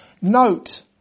Note